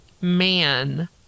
man